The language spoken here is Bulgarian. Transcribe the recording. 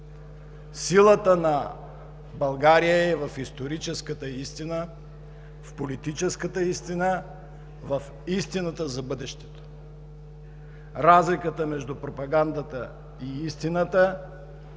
Силата на България е в историческата истина, в политическата истина, в истината за бъдещето. Разликата между пропагандата и истината е съществена.